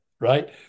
Right